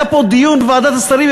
היה פה דיון בוועדת השרים,